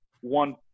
one